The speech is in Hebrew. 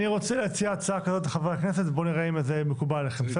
אני רוצה להציע הצעה כזאת לחברי הכנסת ובוא נראה אם זה מקובל עליכם,